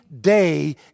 day